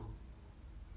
so